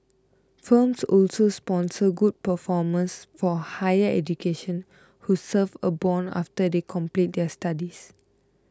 firms also sponsor good performers for higher education who serve a bond after they complete their studies